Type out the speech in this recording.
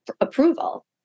approval